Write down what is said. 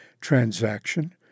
transaction